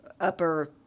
upper